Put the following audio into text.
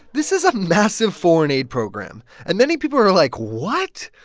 this is a massive foreign aid program. and many people are like, what?